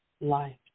life